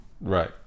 right